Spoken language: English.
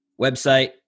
website